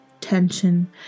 tension